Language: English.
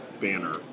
banner